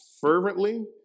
fervently